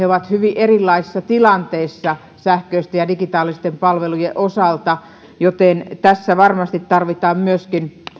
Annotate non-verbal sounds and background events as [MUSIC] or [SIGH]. [UNINTELLIGIBLE] ovat hyvin erilaisissa tilanteissa sähköisten ja digitaalisten palvelujen osalta joten tässä varmasti tarvitaan myöskin